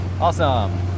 Awesome